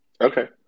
Okay